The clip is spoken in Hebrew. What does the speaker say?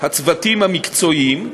הצוותים המקצועיים,